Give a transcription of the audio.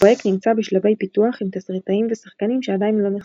הפרויקט נמצא בשלבי פיתוח עם תסריטאים ושחקנים שעדיין לא נחשפו.